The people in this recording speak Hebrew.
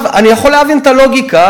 אני יכול להבין את הלוגיקה.